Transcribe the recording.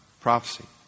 prophecy